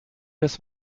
des